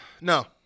No